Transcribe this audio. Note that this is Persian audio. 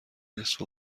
نصف